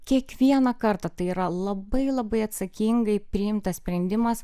kiekvieną kartą tai yra labai labai atsakingai priimtas sprendimas